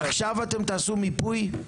עכשיו אתם תעשו מיפוי?